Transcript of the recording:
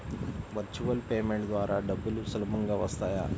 Virtual payment ద్వారా డబ్బులు సులభంగా వస్తాయా?